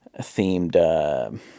themed